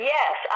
Yes